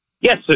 Yes